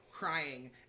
crying